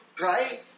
Right